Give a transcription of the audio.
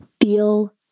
feel